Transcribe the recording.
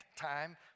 time